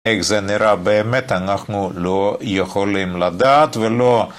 איך זה נראה באמת אנחנו לא יכולים לדעת ולא